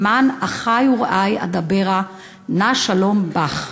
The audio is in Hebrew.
"למען אחי ורעי אדברה נא שלום בך".